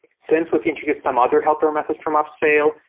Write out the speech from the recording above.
since, we've introduced some other helper methods from abbsale,